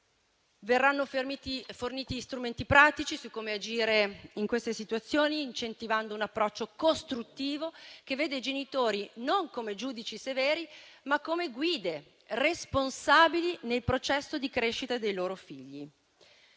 Verranno forniti gli strumenti pratici su come agire in queste situazioni, incentivando un approccio costruttivo, che vede i genitori non come giudici severi ma come guide responsabili nel processo di crescita dei loro figli.